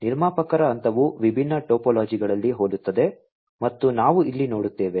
ನಿರ್ಮಾಪಕರ ಹಂತವು ವಿಭಿನ್ನ ಟೋಪೋಲಾಜಿಗಳಲ್ಲಿ ಹೋಲುತ್ತದೆ ಮತ್ತು ನಾವು ಇಲ್ಲಿ ನೋಡುತ್ತೇವೆ